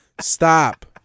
Stop